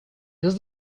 does